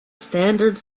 standard